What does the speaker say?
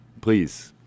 please